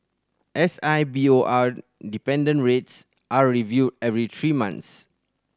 S I B O R dependent rates are reviewed every three months